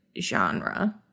genre